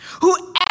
Whoever